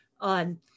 on